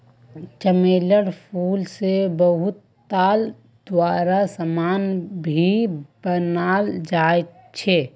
चमेलीर फूल से बहुतला दूसरा समान भी बनाल जा छे